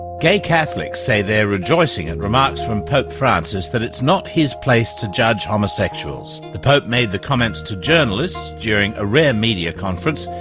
gay catholics say they're rejoicing at remarks from pope francis that it's not his place to judge homosexuals. the pope made the comments to journalists during a rare media conference.